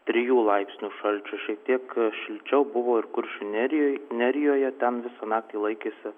trijų laipsnių šalčio šiek tiek šilčiau buvo ir kuršių nerijoj nerijoje ten visą naktį laikėsi